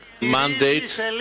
mandate